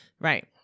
Right